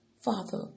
Father